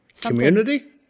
Community